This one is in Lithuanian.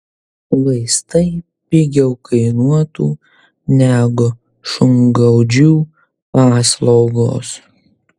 vaistai pigiau kainuotų negu šungaudžių paslaugos